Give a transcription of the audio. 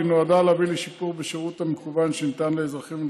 היא נועדה להביא לשיפור בשירות המקוון שניתן לאזרחים על